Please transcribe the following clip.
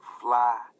Fly